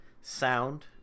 sound